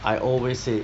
I always say